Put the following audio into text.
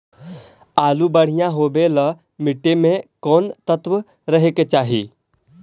आलु बढ़िया होबे ल मट्टी में कोन तत्त्व रहे के चाही?